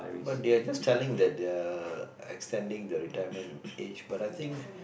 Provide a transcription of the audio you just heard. but they are just telling that they're extending the retirement of age